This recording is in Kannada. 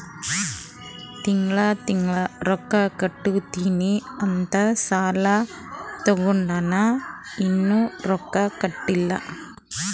ತಿಂಗಳಾ ತಿಂಗಳಾ ರೊಕ್ಕಾ ಕಟ್ಟತ್ತಿನಿ ಅಂತ್ ಸಾಲಾ ತೊಂಡಾನ, ಇನ್ನಾ ರೊಕ್ಕಾ ಕಟ್ಟಿಲ್ಲಾ